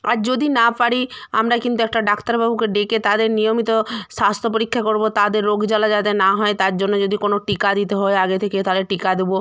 আর যদি না পারি আমরা কিন্তু একটা ডাক্তারবাবুকে ডেকে তাদের নিয়মিত স্বাস্থ্য পরীক্ষা করবো তাদের রোগ জ্বালা যাতে না হয় তার জন্য যদি কোনো টিকা দিতে হয় আগে থেকে তাহলে টিকা দেবো